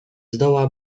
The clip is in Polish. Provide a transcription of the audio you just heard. zdoła